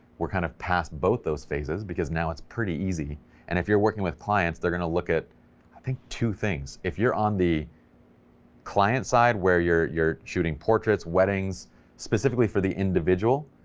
we're kind of past both those phases, because now it's pretty easy and if you're working with clients, they're gonna look at i think two things, if you're on the client side where you're you're shooting portraits, weddings specifically for the individual,